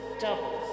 Doubles